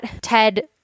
ted